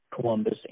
Columbus